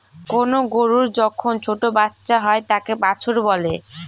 কোনো গরুর যখন ছোটো বাচ্চা হয় তাকে বাছুর বলে